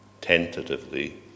tentatively